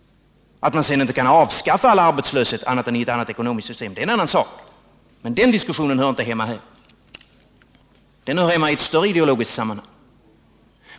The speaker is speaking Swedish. Att man sedan inte kan avskaffa arbetslösheten annat än i ett annat ekonomiskt system är en annan sak, men den diskussionen hör inte hemma här utan i ett större ideologiskt sammanhang.